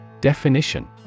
Definition